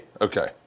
Okay